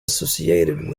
associated